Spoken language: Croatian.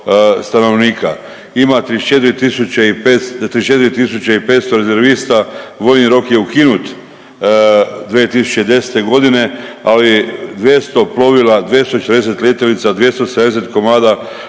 stanovnika. Ima 34.500 rezervista, vojni rok je ukinut 2010. godine, ali 200 plovila, 240 letjelica, 270 komada